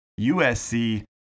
USC